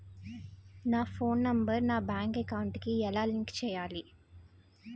నా phone number నా bank account కి ఎలా లింక్ చేయాలి?